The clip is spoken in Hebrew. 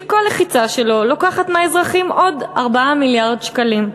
שכל לחיצה שלו לוקחת מהאזרחים עוד 4 מיליארד שקלים.